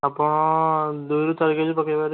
ଆପଣ ଦୁଇରୁ ଚାରି କେଜି ପକେଇ ପାରିବେ